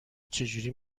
چجوری